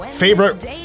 favorite